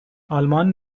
آلمان